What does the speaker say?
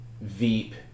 Veep